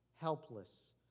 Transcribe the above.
helpless